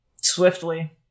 Swiftly